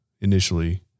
initially